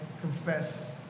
confess